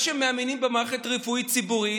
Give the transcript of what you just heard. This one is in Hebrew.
בגלל שהם מאמינים במערכת רפואה ציבורית,